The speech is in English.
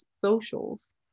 socials